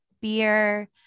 beer